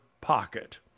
pocket